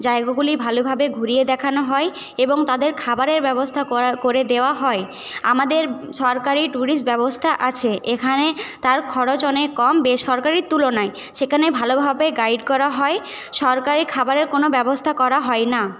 জায়গাগুলি ভালোভাবে ঘুরিয়ে দেখানো হয় এবং তাদের খাবারের ব্যবস্থা করে দেওয়া হয় আমাদের সরকারি টুরিস্ট ব্যবস্থা আছে এখানে তার খরচ অনেক কম বেসরকারীর তুলনায় সেখানে ভালোভাবে গাইড করা হয় সরকারি খাবারের কোনও ব্যবস্থা করা হয় না